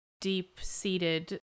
deep-seated